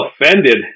offended